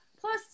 Plus